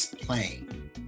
playing